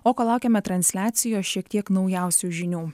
o kol laukiame transliacijos šiek tiek naujausių žinių